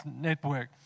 Network